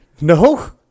no